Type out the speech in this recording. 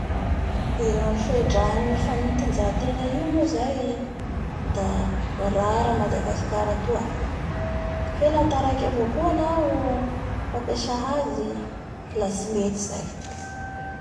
Ny ilay ny fehidraha ny fanatanja tegna io moa zay da voarara a Madagasikara atoa fe a taraiky avao koa anao ny amin'ny fampasa azy la tsy mety zay.